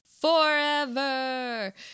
forever